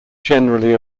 generally